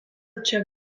čia